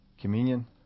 communion